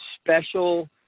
special